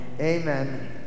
Amen